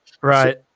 Right